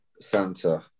Santa